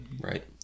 Right